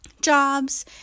jobs